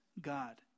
God